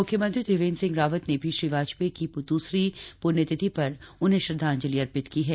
मुख्यमंत्री त्रिवेन्द्र सिंह रावत ने भी श्री वाजपेयी की दूसरी पुण्यतिथि पर उन्हें श्रद्वांजलि अर्पित की है